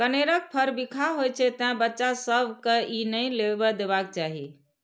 कनेरक फर बिखाह होइ छै, तें बच्चा सभ कें ई नै लेबय देबाक चाही